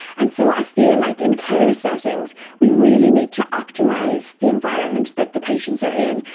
and so i feel like in care settings we really need to optimise the environment that the patients are in.